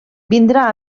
vindrà